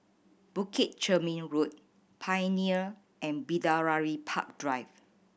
Bukit Chermin Road Pioneer and Bidadari Park Drive